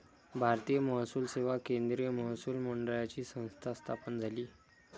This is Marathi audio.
भारतीय महसूल सेवा केंद्रीय महसूल मंडळाची संस्था स्थापन झाली